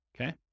okay